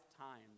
times